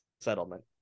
settlement